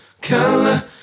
color